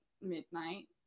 midnight